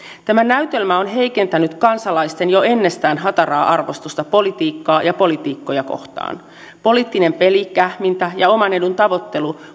tämä näytelmä on heikentänyt kansalaisten jo ennestään hataraa arvostusta politiikkaa ja poliitikkoja kohtaan poliittinen peli kähmintä ja oman edun tavoittelu